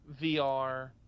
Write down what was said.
VR